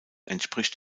entspricht